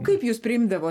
kaip jūs priimdavo